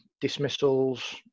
dismissals